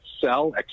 sell